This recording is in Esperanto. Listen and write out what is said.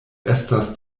estas